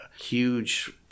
huge